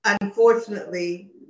Unfortunately